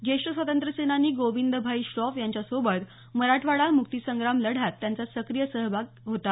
जेष्ठ स्वातंत्र्यसेनानी गोविंद भाई श्रॉफ यांच्या सोबत मराठवाडा मुक्तिसंग्राम लढ्यात त्यांचा सक्रीय सहभाग घेतला होता